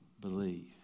believe